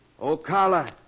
Ocala